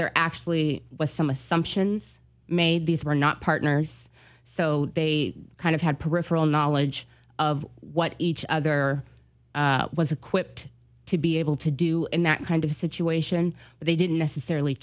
there actually was some assumptions made these were not partners so they kind of had peripheral knowledge of what each other was equipped to be able to do in that kind of a situation but they didn't necessarily